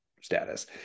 status